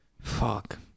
Fuck